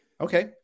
Okay